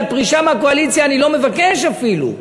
על פרישה מהקואליציה אני לא מבקש אפילו.